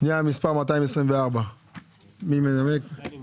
פנייה מספר 224. מי מסביר?